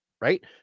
Right